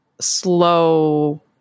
slow